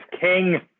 king